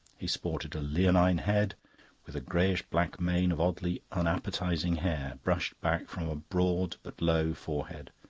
he sported a leonine head with a greyish-black mane of oddly unappetising hair brushed back from a broad but low forehead.